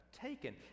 taken